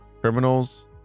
criminals